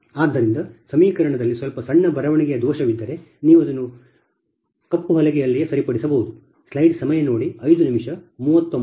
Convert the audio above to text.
ಆದ್ದರಿಂದ ಸಮೀಕರಣದಲ್ಲಿ ಸ್ವಲ್ಪ ಸಣ್ಣ ಬರವಣಿಗೆಯ ದೋಷವಿದ್ದರೆ ನೀವು ಅದನ್ನು ಕಪ್ಪು ಹಲಗೆಯಲ್ಲಿಯೇ ಸರಿಪಡಿಸಬಹುದು